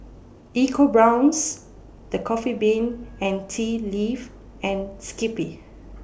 EcoBrown's The Coffee Bean and Tea Leaf and Skippy